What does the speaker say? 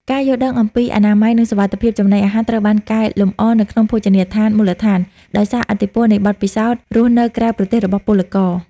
ការយល់ដឹងអំពីអនាម័យ និងសុវត្ថិភាពចំណីអាហារត្រូវបានកែលម្អនៅក្នុងភោជនីយដ្ឋានមូលដ្ឋាន ដោយសារឥទ្ធិពលនៃបទពិសោធន៍រស់នៅក្រៅប្រទេសរបស់ពលករ។